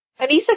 Anissa